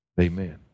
Amen